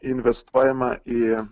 investuojama į